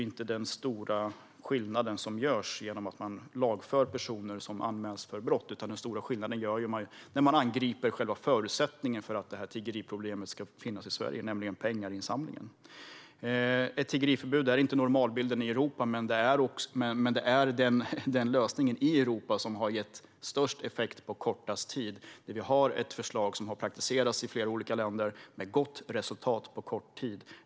Men den stora skillnaden gör man inte genom att lagföra personer som anmäls för brott, utan den stora skillnaden gör man när man angriper själva förutsättningen för att detta tiggeriproblem ska finnas i Sverige, nämligen insamlingen av pengar. Ett tiggeriförbud är inte normalbilden i Europa, men det är den lösning i Europa som har gett störst effekt på kortast tid. Vi har ett förslag som har praktiserats i flera olika länder med gott resultat på kort tid.